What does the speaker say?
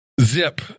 zip